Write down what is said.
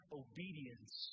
obedience